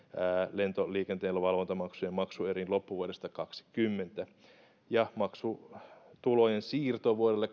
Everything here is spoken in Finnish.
lentoliikenteen valvontamaksujen maksueriin loppuvuodesta kaksituhattakaksikymmentä ja maksutulojen siirto vuodelle